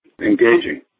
engaging